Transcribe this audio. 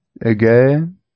Again